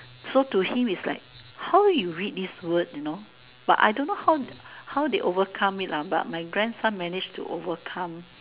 so to him is like how you read this word you know but I don't know how how they overcome it but my grandson manage to overcome